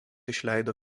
išleido